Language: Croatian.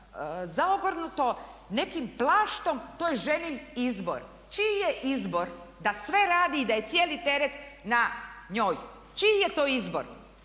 zaogrnuto nekim plaštom to je ženin izbor. Čiji je izbor da sve radi i da je cijeli teret na njoj? Čiji je to izbor?